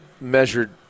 measured